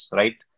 right